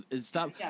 stop